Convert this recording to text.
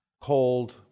cold